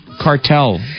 cartel